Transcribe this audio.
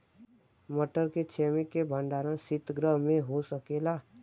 मटर के छेमी के भंडारन सितगृह में हो सकेला?